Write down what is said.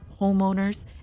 homeowners